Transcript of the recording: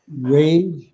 Rage